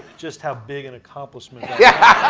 just how big an accomplishment yeah